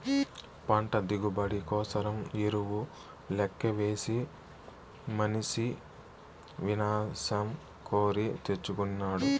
పంట దిగుబడి కోసరం ఎరువు లెక్కవేసి మనిసి వినాశం కోరి తెచ్చుకొనినాడు